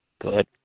Good